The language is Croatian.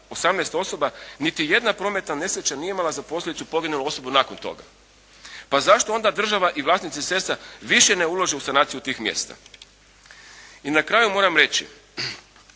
18 osoba, niti jedna prometna nesreća nije imala za posljedicu poginulu osobu nakon toga. Pa zašto onda država i vlasnici cesta više ne ulažu u sanaciju tih mjesta. I na kraju moram reći,